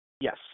Yes